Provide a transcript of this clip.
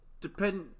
Depend